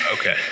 Okay